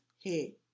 hey